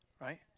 right